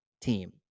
team